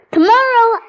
Tomorrow